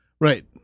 Right